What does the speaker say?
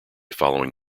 following